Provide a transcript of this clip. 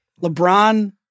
LeBron